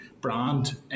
brand